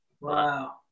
wow